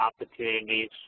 opportunities